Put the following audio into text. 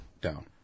Down